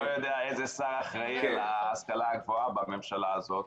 אבל אני לא יודע איזה שר אחראי על ההשכלה הגבוהה בממשלה הזאת.